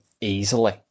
easily